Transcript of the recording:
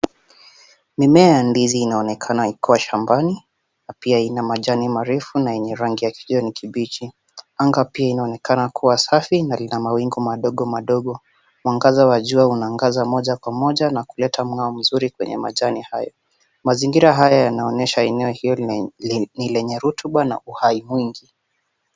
Mimea ya ndizi inaonekana ikiwa shambani na pia ina majani marefu na yenye rangi ya kijani kibichi. Anga pia inaonekana kuwa safi na lina mawingu madogo madogo. Mwangaza wa jua unaangaza moja kwa moja na kuleta mwanga mzuri kwenye majani hayo. Mazingira haya yanaonyesha eneo hili ni lenye rutuba na uhai mwingi.